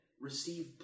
receive